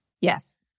Yes